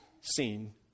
seen